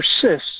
persists